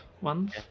ones